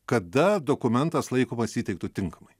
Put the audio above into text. kada dokumentas laikomas įteiktu tinkamai